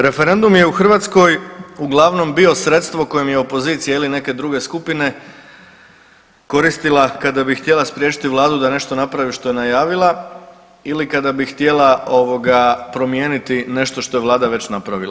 Referendum je u Hrvatskoj uglavnom bio sredstvo kojim je opozicija ili neke druge skupine koristila kada bi htjela spriječiti vladu da nešto napravi što je najavila ili kada bi htjela ovoga promijeniti nešto što je vlada već napravila.